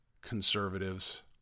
conservatives